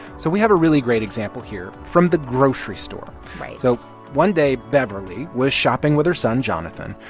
so we have a really great example here from the grocery store right so one day, beverly was shopping with her son jonathan,